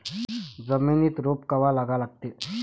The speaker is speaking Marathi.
जमिनीत रोप कवा लागा लागते?